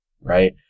right